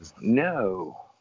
No